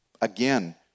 Again